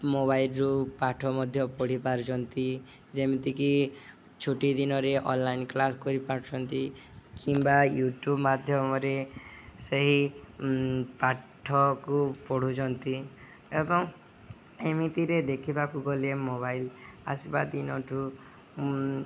ମୋବାଇଲରୁ ପାଠ ମଧ୍ୟ ପଢ଼ି ପାରୁଛନ୍ତି ଯେମିତିକି ଛୁଟିଦିନରେ ଅନଲାଇନ୍ କ୍ଲାସ୍ କରିପାରୁଛନ୍ତି କିମ୍ବା ୟୁ ଟ୍ୟୁବ୍ ମାଧ୍ୟମରେ ସେହି ପାଠକୁ ପଢ଼ୁଛନ୍ତି ଏବଂ ଏମିତିରେ ଦେଖିବାକୁ ଗଲେ ମୋବାଇଲ ଆସିବା ଦିନ ଠୁ